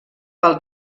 pel